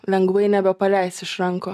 lengvai nebepaleisi iš rankų